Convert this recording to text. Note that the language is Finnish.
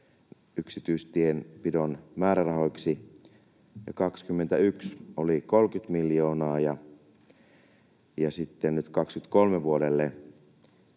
yksityistienpidon määrärahoiksi ja 2021 oli 30 miljoonaa ja nyt vuodelle